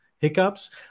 hiccups